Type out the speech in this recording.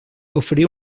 oferí